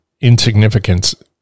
insignificance